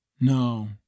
no